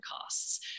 costs